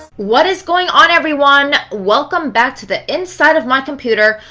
what is going on everyone? welcome back to the inside of my computer.